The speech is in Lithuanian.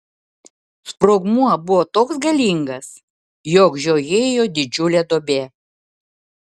sprogmuo buvo toks galingas jog žiojėjo didžiulė duobė